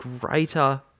greater